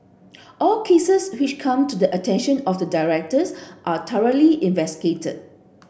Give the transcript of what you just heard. all cases which come to the attention of the directors are thoroughly investigated